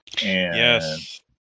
Yes